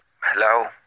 Hello